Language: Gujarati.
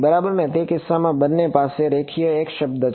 બરાબર ને તે બંને પાસે રેખીય x શબ્દ છે